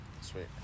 Sweet